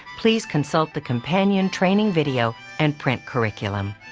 please consult the companion training video and print curriculum.